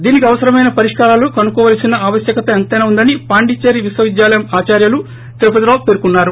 దీనికి అవసరమైన పరిష్కారాలు కనుక్కోవాల్సిన ఆవశ్వకత ఎంతైనా ఉందని పాండిచేరి విశ్వవిద్యాలయం ఆచార్యల తురుపతి రావు పేర్కొన్నారు